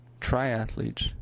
triathletes